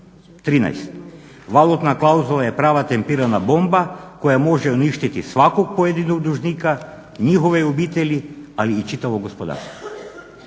13.valtuna klauzula je prava tempirana bomba koja može uništiti svakog pojedinog dužnika njihove obitelji ali i čitavo gospodarstvo.